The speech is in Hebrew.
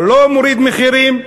או לא מוריד מחירים,